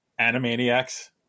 Animaniacs